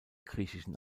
griechischen